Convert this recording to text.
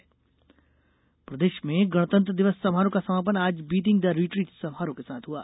beating the retreat प्रदेश में गणतंत्र दिवस समारोह का समापन आज बीटिंग द रिट्रीट समारोह के साथ हुआ